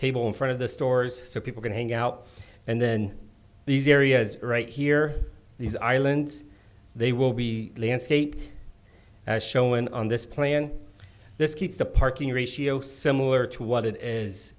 table in front of the stores so people can hang out and then these areas right here these islands they will be landscaped as shown on this plan this keeps the parking ratio similar to what it is